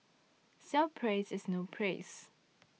self praise is no praise